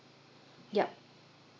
yup